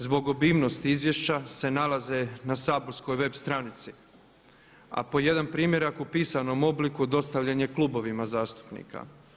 Zbog obimnosti izvješća se nalaze na saborskoj web stranici, a po jedan primjerak u pisanom obliku dostavljen je klubovima zastupnika.